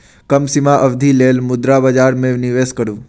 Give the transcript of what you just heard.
कम सीमा अवधिक लेल मुद्रा बजार में निवेश करू